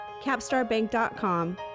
capstarbank.com